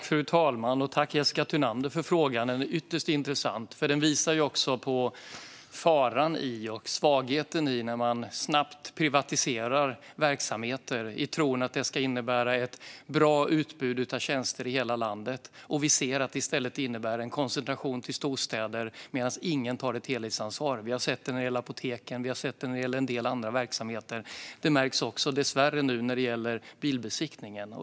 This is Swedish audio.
Fru talman! Tack för frågan, Jessica Thunander! Den är ytterst intressant. Den visar också på faran och svagheten i att snabbt privatisera verksamheter i tron att det ska innebära ett bra utbud av tjänster i hela landet. Vi ser att det i stället innebär en koncentration till storstäder, medan ingen tar helhetsansvaret. Det har vi sett när det gäller apoteken och en del andra verksamheter. Dessvärre märks det nu också när det gäller bilbesiktningen.